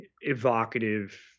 evocative